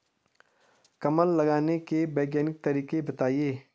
कमल लगाने के वैज्ञानिक तरीके बताएं?